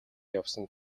явсан